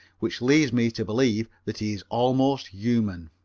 which leads me to believe that he is almost human.